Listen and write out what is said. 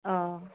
অঁ